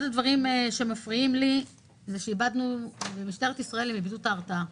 אחד הדברים שמפריעים לי זה שמשטרת ישראל איבדה את ההרתעה.